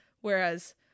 Whereas